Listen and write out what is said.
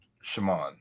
Shimon